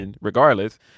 regardless